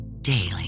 daily